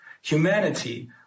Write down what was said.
Humanity